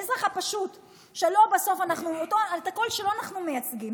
האזרח הפשוט שאת הקול שלו אנחנו מייצגים,